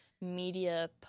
media